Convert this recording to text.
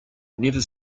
never